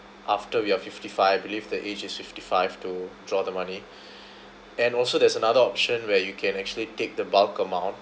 after we are fifty-five I believe the age is fifty-five to draw the money and also there's another option where you can actually take the bulk amount